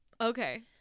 Okay